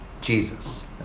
Jesus